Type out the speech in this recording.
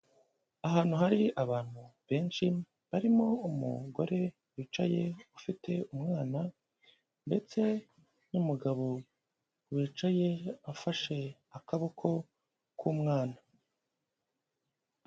Ahantu hari abantu benshi barimo umugore wicaye ufite umwana ndetse n'umugabo wicaye afashe akaboko k'umwana.